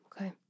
Okay